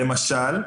למשל,